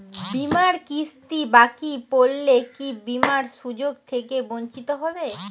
বিমার কিস্তি বাকি পড়লে কি বিমার সুযোগ থেকে বঞ্চিত হবো?